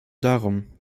darum